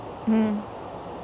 mm